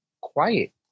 quiet